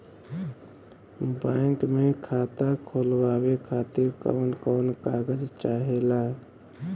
Bank मे खाता खोलवावे खातिर कवन कवन कागज चाहेला?